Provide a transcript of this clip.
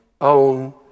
Own